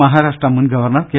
മഹാരാഷ്ട്ര മുൻ governor K